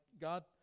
God